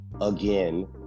again